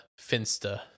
finsta